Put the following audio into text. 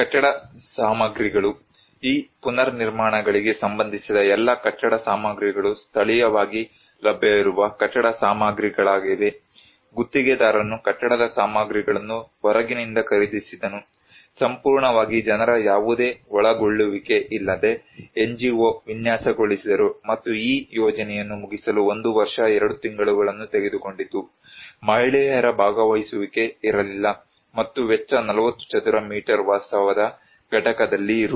ಕಟ್ಟಡ ಸಾಮಗ್ರಿಗಳು ಈ ಪುನರ್ನಿರ್ಮಾಣಗಳಿಗೆ ಸಂಬಂಧಿಸಿದ ಎಲ್ಲಾ ಕಟ್ಟಡ ಸಾಮಗ್ರಿಗಳು ಸ್ಥಳೀಯವಾಗಿ ಲಭ್ಯವಿರುವ ಕಟ್ಟಡ ಸಾಮಗ್ರಿಗಳಾಗಿವೆ ಗುತ್ತಿಗೆದಾರನು ಕಟ್ಟಡ ಸಾಮಗ್ರಿಗಳನ್ನು ಹೊರಗಿನಿಂದ ಖರೀದಿಸಿದನು ಸಂಪೂರ್ಣವಾಗಿ ಜನರ ಯಾವುದೇ ಒಳಗೊಳ್ಳುವಿಕೆ ಇಲ್ಲದೆ NGO ವಿನ್ಯಾಸಗೊಳಿಸಿದರು ಮತ್ತು ಈ ಯೋಜನೆಯನ್ನು ಮುಗಿಸಲು 1 ವರ್ಷ 2 ತಿಂಗಳುಗಳನ್ನು ತೆಗೆದುಕೊಂಡಿತು ಮಹಿಳೆಯರ ಭಾಗವಹಿಸುವಿಕೆ ಇರಲಿಲ್ಲ ಮತ್ತು ವೆಚ್ಚ 40 ಚದರ ಮೀಟರ್ ವಾಸದ ಘಟಕದಲ್ಲಿ ರೂ